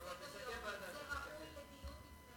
תסתכל ב"הדסה".